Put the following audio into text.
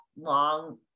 long